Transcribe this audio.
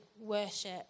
worship